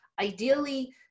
Ideally